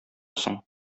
соң